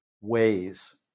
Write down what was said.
ways